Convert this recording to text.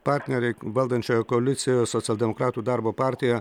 partneriai valdančiojoje koalicijoje socialdemokratų darbo partija